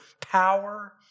power